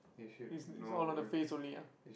is is all on the face only ah